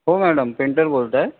हो madam painter बोलतो आहे